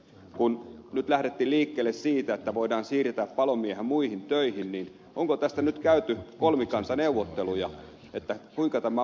kun nyt lähdettiin liikkeelle siitä että voidaan siirtää palomiehiä muihin töihin onko tästä nyt käyty kolmikantaneuvotteluja kuinka tämä on mahdollista